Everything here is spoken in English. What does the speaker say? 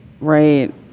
Right